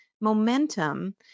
momentum